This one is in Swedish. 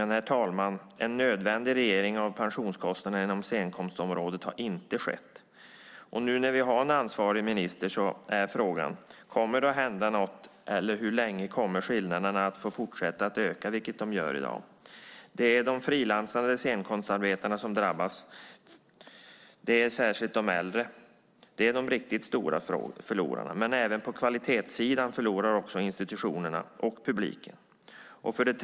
Men, herr talman, en nödvändig reglering av pensionskostnaderna inom scenkonstområdet har inte skett. Nu när vi har en ansvarig minister här är frågan: Kommer det att hända något, eller hur länge kommer skillnaderna att få fortsätta att öka, vilket de gör i dag? Det är de frilansande scenkonstarbetarna som drabbas. Det är särskilt de äldre. De är de riktigt stora förlorarna. Men på kvalitetssidan förlorar också institutionerna och publiken.